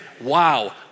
wow